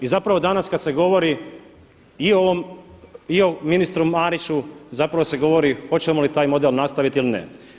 I zapravo danas kada se govori i o ministru Mariću zapravo se govori, hoćemo li taj model nastaviti ili ne.